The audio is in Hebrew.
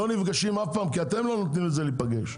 שלא נפגשים אף פעם כי אתם לא נותנים לזה להיפגש.